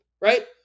right